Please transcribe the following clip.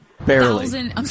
Barely